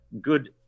good